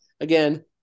again